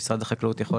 משרד החקלאות,